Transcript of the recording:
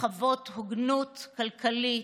לחוות הוגנות כלכלית,